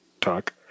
talk